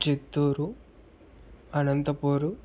Chittoor Anantapur